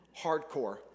Hardcore